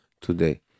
today